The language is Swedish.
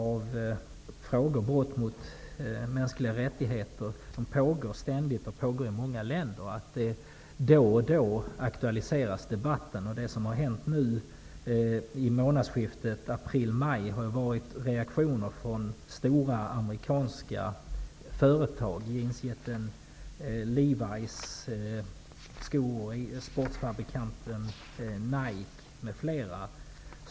Brott mot mänskliga rättigheter pågår ständigt i många länder. Då och då aktualiseras de i debatten. Det är vad som nu har hänt i månadsskiftet april/maj. Det har kommit reaktioner från stora amerikanska företag -- jeansjätten Levis, sportfabrikanten NIKE, m.fl.